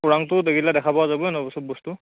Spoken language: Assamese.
ওৰাঙটো দেখিলে দেখা পোৱা যাবই ন' সৱ বস্তু